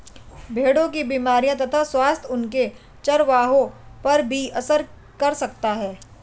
भेड़ों की बीमारियों तथा स्वास्थ्य उनके चरवाहों पर भी असर कर सकता है